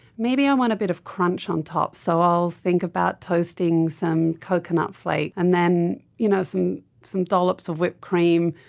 maybe i want a bit of crunch on top. so, i'll think about toasting some coconut flakes, and then you know some some dollops of whipped cream.